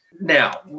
Now